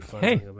Hey